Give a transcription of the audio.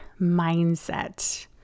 mindset